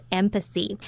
empathy